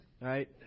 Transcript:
right